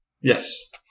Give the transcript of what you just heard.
Yes